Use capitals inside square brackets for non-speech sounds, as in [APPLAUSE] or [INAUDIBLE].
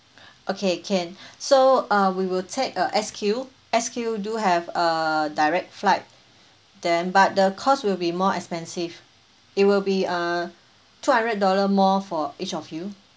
[BREATH] okay can [BREATH] so uh we will take uh S_Q S_Q do have a direct flight then but the cost will be more expensive it will be uh two hundred dollar more for each of you